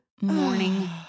morning